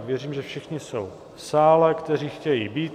Věřím, že všichni jsou v sále, kteří chtějí být.